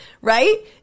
right